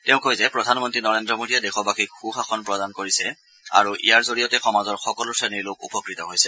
তেওঁ কয় যে প্ৰধানমন্ত্ৰী নৰেন্দ্ৰ মোডীয়ে দেশবাসীক সৃশাসন প্ৰদান কৰিছে আৰু ইয়াৰ জৰিয়তে সমাজৰ সকলো শ্ৰেণীৰ লোক উপকৃত হৈছে